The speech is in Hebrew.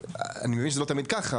אני מבין שלא תמיד זה ככה.